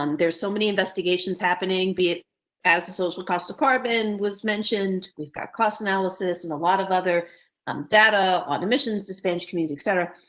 um there's so many investigations happening be. as the social cost department was mentioned, we've got cost analysis and a lot of other um data on emissions, the spanish community etc.